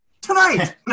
Tonight